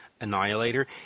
Annihilator